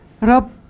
rob